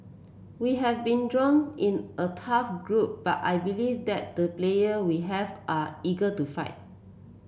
we have been drawn in a tough group but I believe that the player we have are eager to fight